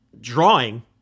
drawing